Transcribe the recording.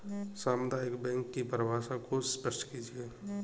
सामुदायिक बैंकों की परिभाषा को स्पष्ट कीजिए?